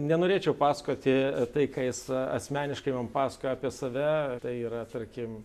nenorėčiau pasakoti tai ką jis asmeniškai man pasakojo apie save tai yra tarkim